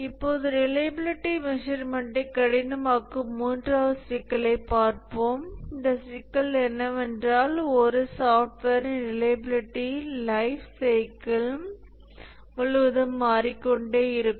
இப்போது ரிலையபிலிட்டி மெஷர்மென்ட்டை கடினமாக்கும் மூன்றாவது சிக்கலைப் பார்ப்போம் இந்த சிக்கல் என்னவென்றால் ஒரு சாஃப்ட்வேரின் ரிலையபிலிட்டி லைஃப் சைக்கிள் முழுவதும் மாறிக்கொண்டே இருக்கும்